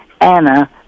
Anna